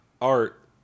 art